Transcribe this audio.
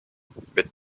bet